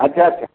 अच्छा अच्छा